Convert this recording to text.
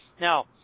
Now